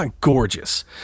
gorgeous